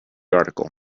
article